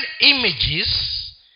images